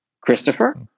Christopher